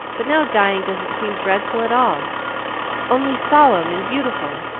but now dying doesn't seem dreadful at all only solemn and beautiful.